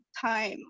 time